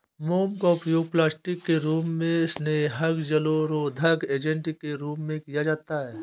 मोम का उपयोग प्लास्टिक के रूप में, स्नेहक, जलरोधक एजेंट के रूप में किया जाता है